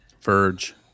verge